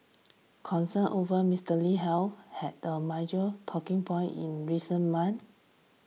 concerns over Mister Lee's health had a major talking point in recent months